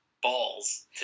Balls